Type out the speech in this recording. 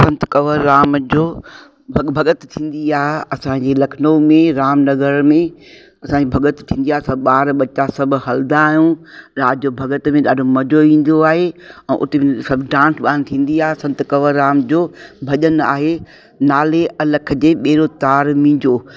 संत कंवर राम जो भ भॻत थींदी आहे असांजे लखनऊ में राम नगर में असांजी भॻत थींदी आहे सभु ॿार बच्चा सभु हलंदा आहियूं राति जो भॻत में ॾाढो मज़ो ईंदो आहे ऐं हुते बि सभु डांस वांस थींदी आहे संत कंवर राम जो भॼन आहे नाले अलख जे बेड़ो तार मुंहिंजो